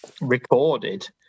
recorded